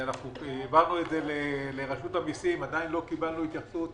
העברנו את זה לרשות המיסים ועדיין לא קיבלנו התייחסות.